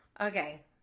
Okay